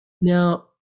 Now